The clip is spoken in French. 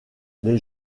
les